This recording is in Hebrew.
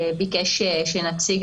חשוב לנו כמדינה להתארגן,